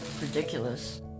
ridiculous